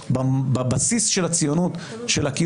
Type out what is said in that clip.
-- ובתפקיד שלך כיושב-ראש הוועדה כדי